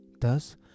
Thus